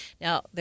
Now